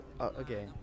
Okay